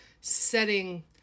setting